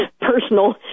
personal